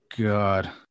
god